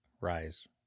Rise